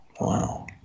Wow